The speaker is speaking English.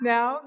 Now